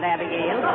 Abigail